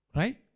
right